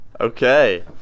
Okay